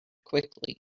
quickly